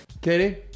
Katie